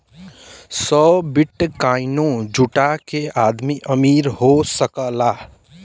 सौ बिट्काइनो जुटा के आदमी अमीर हो सकला